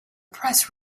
press